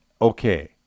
okay